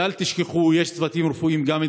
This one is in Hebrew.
ואל תשכחו: יש גם צוותים רפואיים דרוזיים,